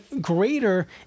greater